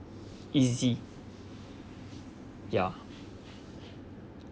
easy ya